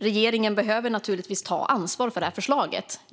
Regeringen behöver också ta ansvar för detta förslag.